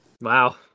Wow